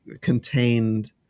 contained